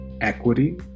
equity